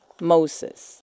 Moses